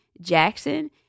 Jackson